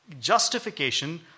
Justification